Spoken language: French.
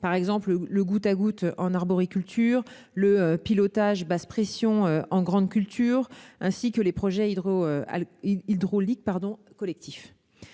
par exemple le goutte-à-goutte en arboriculture, le pilotage basse pression en grandes cultures, ainsi que les projets hydrauliques collectifs.